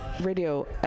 Radio